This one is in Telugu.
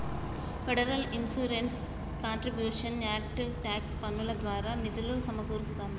federal insurance contributions act tax పన్నుల ద్వారా నిధులు సమకూరుస్తాంది